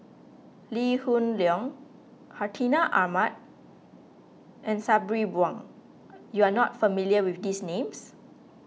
Lee Hoon Leong Hartinah Ahmad and Sabri Buang you are not familiar with these names